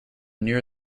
near